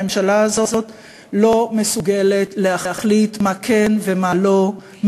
הממשלה הזאת לא מסוגלת להחליט מה כן ומה לא,